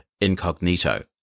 Incognito